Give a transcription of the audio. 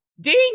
ding